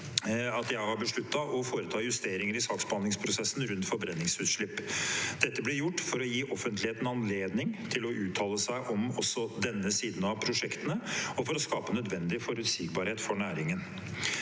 har jeg derfor besluttet å foreta justeringer i saksbehandlingsprosessen rundt forbrenningsutslipp. Dette ble gjort for å gi offentligheten anledning til å uttale seg om også denne siden av prosjektene og for å skape nødvendig forutsigbarhet for næringen.